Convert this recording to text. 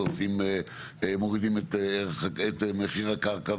ומורידים את מחיר הקרקע,